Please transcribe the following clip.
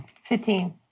Fifteen